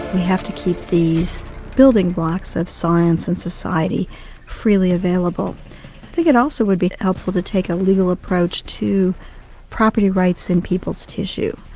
we have to keep these building blocks of science and society freely available. i think it also would be helpful to take a legal approach to property rights in people's tissue.